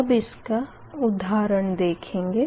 अब इसका उधाहरण देखेंगे